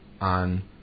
on